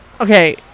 Okay